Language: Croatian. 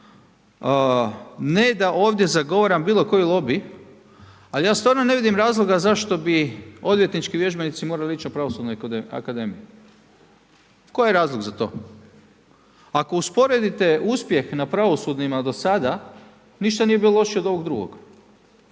ne da ovdje zagovaram bilo koji lobi, ali ja stvarno ne vidim razloga zašto bi odvjetnički vježbenici morali ići na Pravosudnu akademiju. Koji je razlog za to? Ako usporedite uspjeh na pravosudnima do sada ništa nije bilo lošije od ovog drugog.